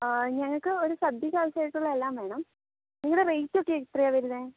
ആ ഞങ്ങൾക്ക് ഒരു സദ്യയ്ക്ക് അവശ്യമായിട്ടുള്ള എല്ലാം വേണം നിങ്ങളുടെ റേറ്റ് ഒക്കെ എത്രയാ വരുന്നത്